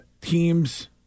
team's